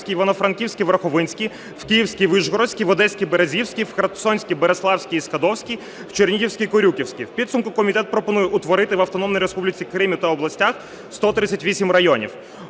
У підсумку комітет пропонує утворити в Автономній Республіці Крим та областях 138 районів.